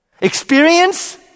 Experience